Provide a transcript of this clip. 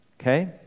Okay